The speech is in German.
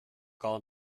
gar